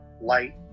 light